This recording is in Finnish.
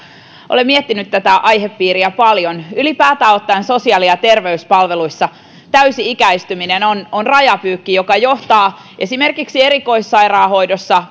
olen miettinyt tätä aihepiiriä paljon ylipäätään ottaen sosiaali ja terveyspalveluissa täysi ikäistyminen on on rajapyykki joka johtaa esimerkiksi erikoissairaanhoidossa